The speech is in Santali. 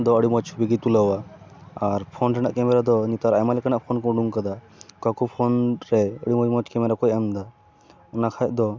ᱫᱚ ᱟᱹᱰᱤ ᱢᱚᱸᱡᱽ ᱪᱷᱚᱵᱤᱭ ᱛᱩᱞᱟᱹᱣᱟ ᱟᱨ ᱯᱷᱳᱱ ᱨᱮᱱᱟᱜ ᱠᱮᱢᱮᱨᱟᱫᱚ ᱱᱮᱛᱟᱨ ᱟᱭᱢᱟ ᱞᱮᱠᱟᱱᱟᱜ ᱯᱷᱳᱱ ᱠᱚ ᱩᱰᱩᱠᱟᱠᱟᱫᱟ ᱚᱠᱟᱠᱚ ᱯᱷᱳᱱᱨᱮ ᱟᱹᱰᱤ ᱢᱚᱸᱡᱽᱼᱢᱚᱡᱽ ᱠᱮᱢᱮᱨᱟᱠᱚ ᱮᱢᱮᱫᱟ ᱚᱱᱟ ᱠᱷᱟᱡᱫᱚ